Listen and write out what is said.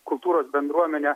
kultūros bendruomene